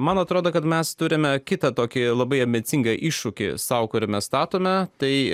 man atrodo kad mes turime kitą tokį labai ambicingą iššūkį sau kuriame statome tai